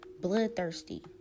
bloodthirsty